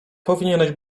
powinieneś